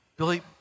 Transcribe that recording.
Billy